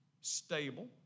stable